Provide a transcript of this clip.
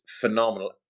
phenomenal